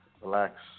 Relax